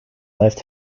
left